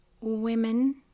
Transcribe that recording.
women